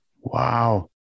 Wow